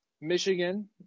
Michigan